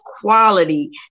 quality